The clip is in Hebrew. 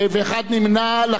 לכן אני קובע שהצעת האי-אמון,